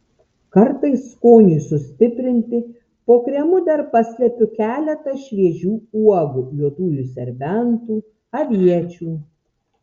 kartais skoniui sustiprinti po kremu dar paslepiu keletą šviežių uogų juodųjų serbentų aviečių